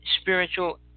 spiritual